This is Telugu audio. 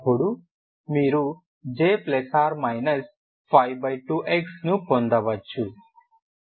అప్పుడు మీరు J±52 xను పొందవచ్చు